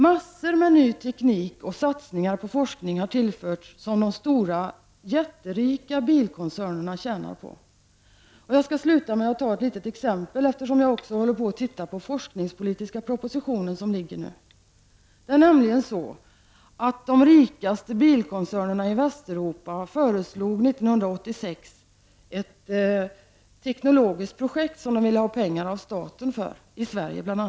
Massor av ny teknik och satsningar på forskning har de stora, jätterika bilkoncernerna tjänat på. Jag skall till slut ta ett litet exempel, eftersom jag nu också också håller på att läsa den föreliggande forskningspolitiska propositionen. De rikaste bilkoncernerna i Västeuropa föreslog 1986 ett teknologiskt projekt som de ville ha pengar av bl.a. den svenska staten till.